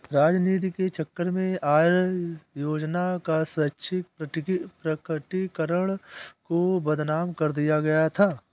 राजनीति के चक्कर में आय योजना का स्वैच्छिक प्रकटीकरण को बदनाम कर दिया गया था